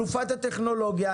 אלופת הטכנולוגיה,